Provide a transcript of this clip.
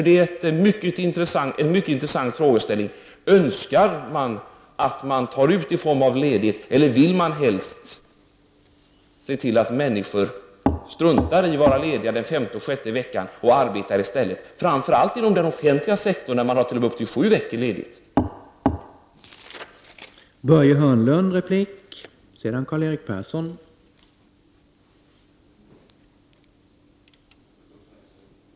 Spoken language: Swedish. Det är en mycket intressant frågeställning. Önskar man att semestern tas ut i form av ledighet, eller vill man helst se till att människor struntar i att vara lediga under de femte och sjätte semesterveckorna och arbetar i stället? Det senare gäller framför allt inom den offentliga sektorn, där man har upp till sju veckors semesterledighet.